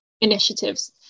initiatives